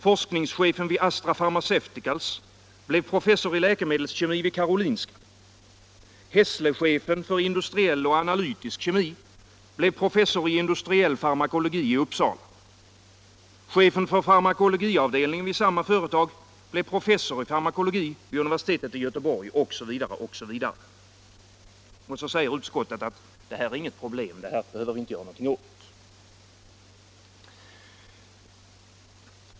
Forskningschefen vid Astra Pharmaceuticals blev professor i läkemedelskemi vid Karolinska. Hässlechefen för industriell och analytisk kemi blev professor i industriell farmakologi i Uppsala. Chefen för farmakologiavdelningen vid samma företag blev professor i farmakologi vid universitetet i Göteborg — osv., osv. Och så säger utskottet: Det här är inget problem. Det här behöver vi inte göra någonting åt.